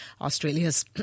Australia's